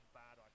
bad